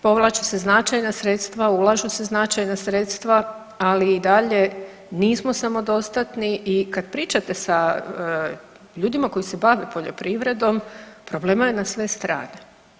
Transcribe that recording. Povlače se značajna sredstva, ulažu se značajna sredstva, ali i dalje nismo samodostatni i kad pričate sa ljudima koji se bave poljoprivredom problema je na sve strane.